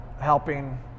helping